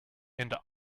and